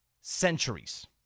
centuries